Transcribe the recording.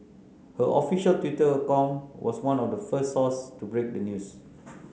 her official Twitter account was one of the first sources to break the news